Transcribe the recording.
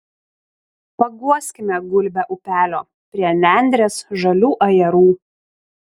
paguoskime gulbę upelio prie nendrės žalių ajerų